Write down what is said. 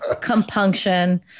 compunction